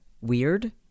weird